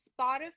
Spotify